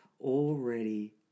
already